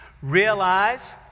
Realize